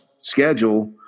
schedule